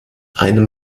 einem